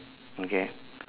okay